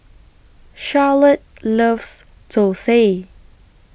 Charlotte loves Thosai